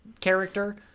character